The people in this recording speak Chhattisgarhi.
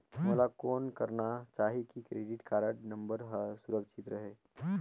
मोला कौन करना चाही की क्रेडिट कारड नम्बर हर सुरक्षित रहे?